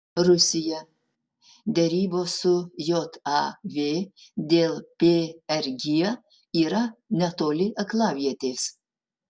rusija derybos su jav dėl prg yra netoli aklavietės